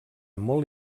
molt